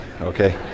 okay